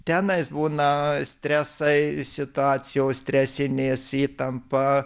tenais būna stresai situacijos stresinės įtampa